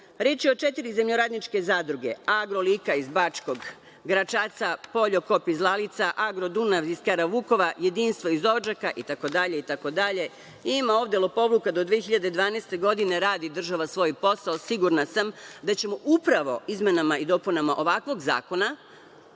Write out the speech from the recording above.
Reč je o četiri zemljoradničke zadruge „Agrolika“ iz Bačkog Gračaca, „Poljokop“ iz Lalića, „Agro Dunav“ iz Karavukova, „Jedinstvo“ iz Odžaka itd. Ima ovde lopovluka do 2012. godine. Radi država svoj posao, sigurna sam da ćemo upravo izmenama i dopunama ovakvog zakona